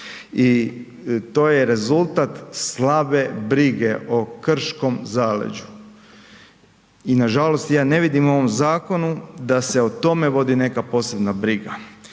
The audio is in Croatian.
i to je rezultat slabe brige o krškom zaleđu. I nažalost, ja ne vidimo u ovom zakonu da se o tome vodi nekakva posebna briga.